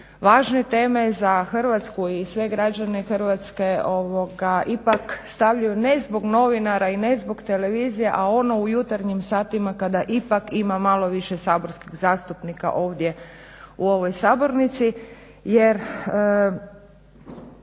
važne teme za Hrvatsku i sve građane Hrvatske ipak stavljaju ne zbog novinara i ne zbog televizije, a ono u jutarnjim satima kada ipak ima malo više saborskih zastupnika ovdje u ovoj sabornici jer